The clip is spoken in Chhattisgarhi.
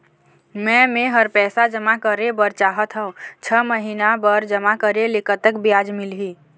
मे मेहर पैसा जमा करें बर चाहत हाव, छह महिना बर जमा करे ले कतक ब्याज मिलही?